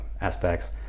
aspects